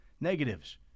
Negatives